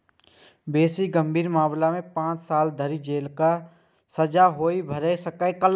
बेसी गंभीर मामला मे पांच साल धरि जेलक सजा सेहो भए सकैए